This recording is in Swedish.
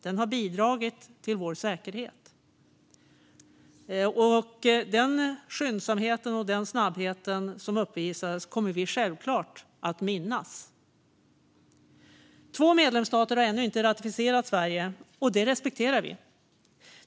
Den har bidragit till vår säkerhet, och vi kommer givetvis att minnas denna snabbhet. Två medlemsstater har ännu inte ratificerat Sveriges ansökan, och det respekterar vi.